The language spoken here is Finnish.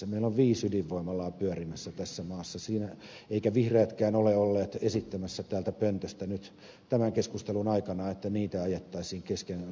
meillä on viisi ydinvoimalaa pyörimässä tässä maassa eivätkä vihreätkään ole olleet esittämässä täältä pöntöstä nyt tämän keskustelun aikana että niitä ajettaisiin kesken käyttökauden alas